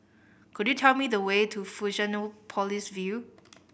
could you tell me the way to Fusionopolis View